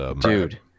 Dude